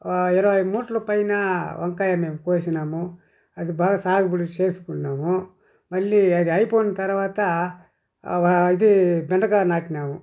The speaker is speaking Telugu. ఇరవై మూట్లు పైన వంకాయ్ మేం కోసినాము అది బాగ సాగుబడి చేసుకున్నాము మళ్లీ అది అయిపోయిన తరవాత ఇదీ బెండకాయ నాటినాము